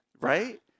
Right